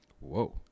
Whoa